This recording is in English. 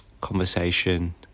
conversation